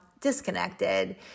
disconnected